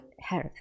health